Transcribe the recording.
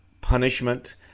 punishment